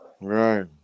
Right